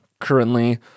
currently